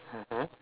(uh huh)